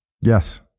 Yes